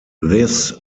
this